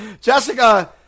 Jessica